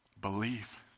believe